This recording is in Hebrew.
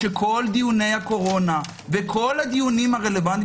שכל דיוני הקורונה וכל הדיונים הרלוונטיים